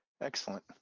Excellent